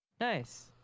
Nice